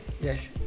Yes